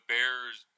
Bears